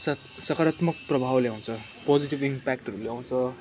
स सकारात्मक प्रभाव ल्याउँछ पोजिटिभ इम्प्याक्टहरू ल्याउँछ